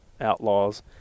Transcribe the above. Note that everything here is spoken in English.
outlaws